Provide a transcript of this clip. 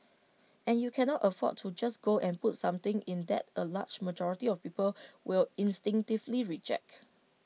and you cannot afford to just go and put something in that A large majority of people will instinctively reject